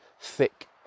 thick